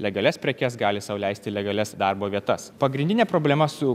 legalias prekes gali sau leisti legalias darbo vietas pagrindinė problema su